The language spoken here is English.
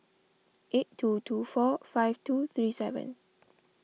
eight two two four five two three seven